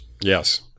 yes